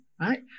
right